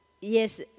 yes